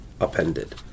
upended